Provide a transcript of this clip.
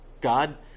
God